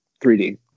3D